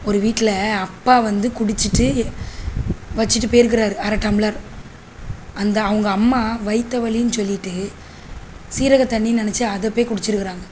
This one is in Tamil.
ஒரு வீட்டில் அப்பா வந்து குடிச்சிட்டு வச்சிட்டு போயிருக்குறார் அரை டம்ளர் அந்த அவங்க அம்மா வையித்த வலின்னு சொல்லிட்டு சீரக தண்ணின்னு நினச்சி அதை போய் குடிச்சிருக்குறாங்கள்